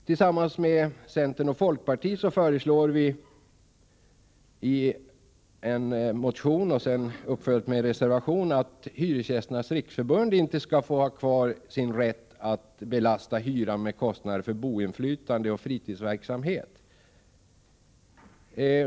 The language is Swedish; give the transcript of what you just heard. Tillsammans med centern och folkpartiet föreslår vi i motioner som följts upp med en reservation att Hyresgästernas riksförbund inte skall få ha kvar sin rätt att belasta hyran med kostnader för s.k. boinflytande verksamhet och fritidsverksamhet.